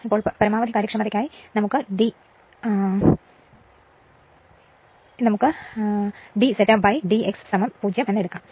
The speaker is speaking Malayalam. ഇപ്പോൾ പരമാവധി കാര്യക്ഷമതയ്ക്കായി d zeta dx 0 എടുക്കും